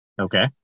Okay